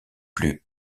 plus